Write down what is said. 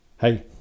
hey